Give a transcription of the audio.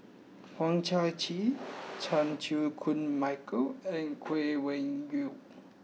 Hang Chang Chieh Chan Chew Koon Michael and Chay Weng Yew